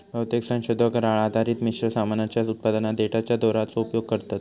बहुतेक संशोधक राळ आधारित मिश्र सामानाच्या उत्पादनात देठाच्या दोराचो उपयोग करतत